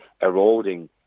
eroding